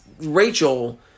Rachel